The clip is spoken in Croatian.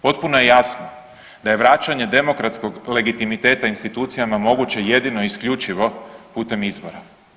Potpuno je jasno da je vraćanje demokratskog legitimiteta institucijama moguće jedino i isključivo putem izbora.